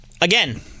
Again